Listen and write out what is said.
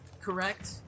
correct